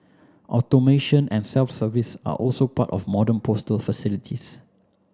automation and self service are also part of modern postal facilities